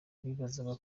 bibazaga